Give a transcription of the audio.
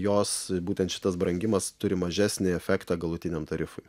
jos būtent šitas brangimas turi mažesnį efektą galutiniam tarifui